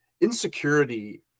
insecurity